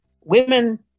Women